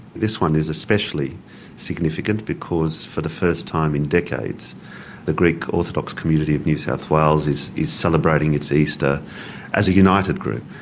this one is especially significant because for the first time in decades the greek orthodox community of new south wales is is celebrating its easter as a united group,